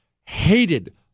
hated